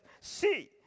See